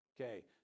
Okay